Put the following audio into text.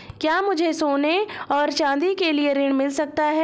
क्या मुझे सोने और चाँदी के लिए ऋण मिल सकता है?